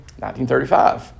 1935